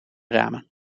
ramen